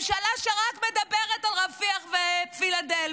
ממשלה שרק מדברת על רפיח ופילדלפי.